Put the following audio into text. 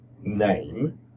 name